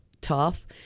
tough